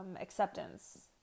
acceptance